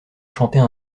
chantait